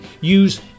Use